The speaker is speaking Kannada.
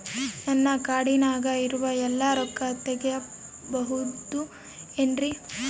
ನನ್ನ ಕಾರ್ಡಿನಾಗ ಇರುವ ಎಲ್ಲಾ ರೊಕ್ಕ ತೆಗೆಯಬಹುದು ಏನ್ರಿ?